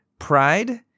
Pride